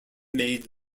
made